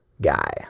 guy